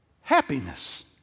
happiness